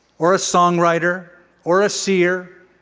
or a songwriter or a seer,